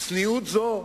צניעות זו,